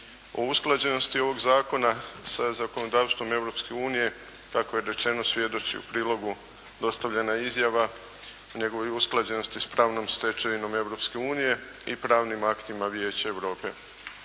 O usklađenosti ovog zakona sa zakonodavstvom Europske unije, tako je rečene svjedoči u prilogu dostavljena izjava o njegovoj usklađenosti s pravnom stečevinom Europske unije i pravnim aktima Vijeća Europe.